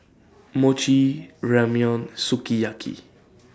Mochi Ramyeon Sukiyaki